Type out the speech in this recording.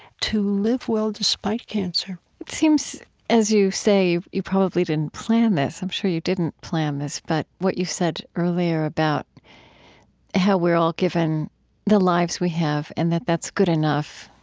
to live well despite cancer as you say, you you probably didn't plan this. i'm sure you didn't plan this. but what you said earlier about how we're all given the lives we have and that that's good enough,